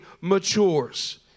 Matures